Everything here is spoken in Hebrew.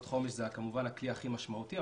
חומש כמובן זה הכלי הכי משמעותי,